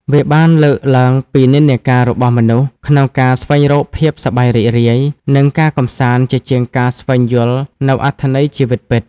វាបានលើកឡើងពីនិន្នាការរបស់មនុស្សក្នុងការស្វែងរកភាពសប្បាយរីករាយ និងការកម្សាន្តជាជាងការស្វែងយល់នូវអត្ថន័យជីវិតពិត។